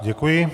Děkuji.